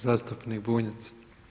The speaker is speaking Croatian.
Zastupnik Bunjac.